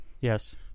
Yes